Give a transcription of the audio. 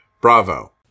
bravo